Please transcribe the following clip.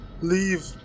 leave